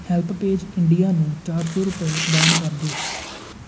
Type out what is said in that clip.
HelpAge India ਨੂੰ ਚਾਰ ਸੌ ਰੁਪਏ ਦਾਨ ਕਰ ਦਿਉ